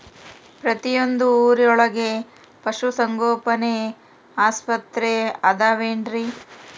ಪ್ರತಿಯೊಂದು ಊರೊಳಗೆ ಪಶುಸಂಗೋಪನೆ ಆಸ್ಪತ್ರೆ ಅದವೇನ್ರಿ?